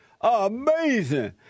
Amazing